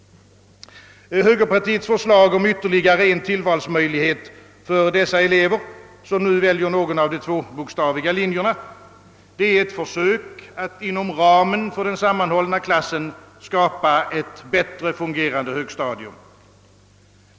Högerpartiets förslag om ytterligare en tillvalsmöjlighet för de elever, som nu väljer någon av de tvåbokstaviga linjerna, är ett försök att inom ramen för den sammanhållna klassen skapa ett bättre fungerande högstadium.